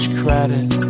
credit